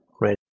right